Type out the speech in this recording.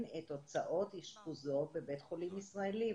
את הוצאות אשפוזו בבית חולים ישראלי.